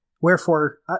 Wherefore